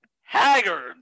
haggard